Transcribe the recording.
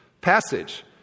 passage